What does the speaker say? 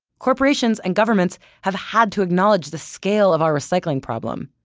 corporations and governments have had to acknowledge the scale of our recycling problem.